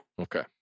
Okay